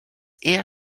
eher